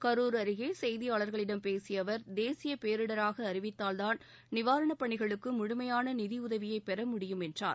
கரூர் அருகே செய்தியாளர்களிடம் பேசிய அவர் தேசிய பேரிடராக அறிவித்தால்தான் நிவாரணப் பணிகளுக்கு முழுமையான நிதிஉதவியைப் பெற முடியும் என்றார்